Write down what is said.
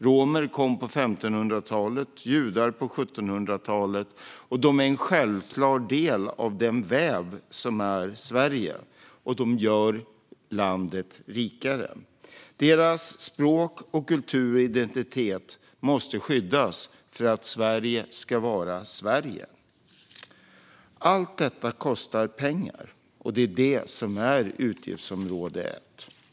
Romer kom på 1500-talet och judar på 1700-talet. De är en självklar del av den väv som är Sverige, och de gör landet rikare. Deras språk, kulturer och identiteter måste skyddas för att Sverige ska vara Sverige. Allt detta kostar pengar. Och det är det som är utgiftsområde 1.